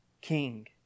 King